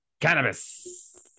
cannabis